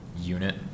unit